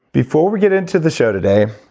before we get into the show today,